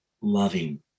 loving